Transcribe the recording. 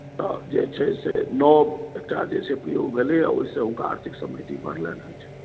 आब जे छै से नव एकटा जे छै से प्रयोग भेलैए ओहिसँ हुनका आर्थिक समृद्धि बढ़लनि हेँ